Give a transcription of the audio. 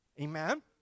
amen